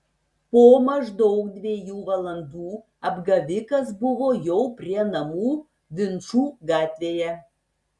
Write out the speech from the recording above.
po maždaug dviejų valandų apgavikas buvo jau prie namų vinčų gatvėje